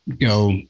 go